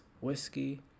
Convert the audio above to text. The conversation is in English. whiskey